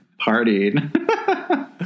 partied